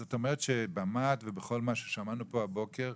זאת אומרת שבמה"ט ובכל מה ששמענו פה הבוקר,